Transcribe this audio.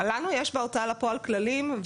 לנו בהוצאה לפועל יש כללים.